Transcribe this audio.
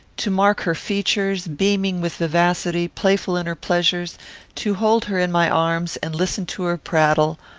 to mark her features, beaming with vivacity playful in her pleasures to hold her in my arms, and listen to her prattle,